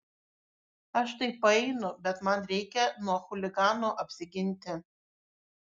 aš tai paeinu bet man reikia nuo chuliganų apsiginti